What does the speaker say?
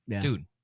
Dude